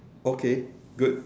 okay good